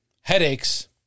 headaches